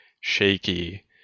shaky